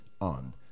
on